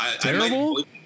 Terrible